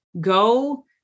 go